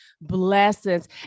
blessings